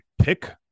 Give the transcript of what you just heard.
pick